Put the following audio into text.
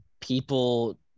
people